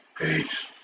Peace